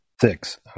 Six